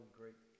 great